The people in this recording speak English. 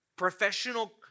professional